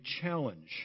challenge